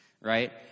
right